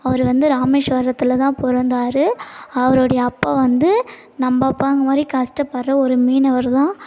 அவரு வந்து ராமேஸ்வரத்தில் தான் பிறந்தாரு அவருடைய அப்பா வந்து நம்ம அப்பாங்க மாதிரி கஷ்டப்பட்ற ஒரு மீனவர்தான்